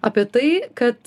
apie tai kad